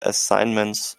assignment